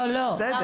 זו